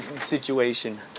situation